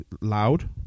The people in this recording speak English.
loud